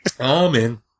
Amen